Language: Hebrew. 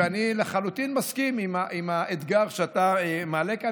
אני לחלוטין מסכים עם האתגר שאתה מעלה כאן.